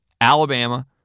Alabama